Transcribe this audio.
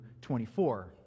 24